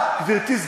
גברתי,